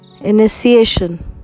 Initiation